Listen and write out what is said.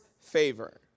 favor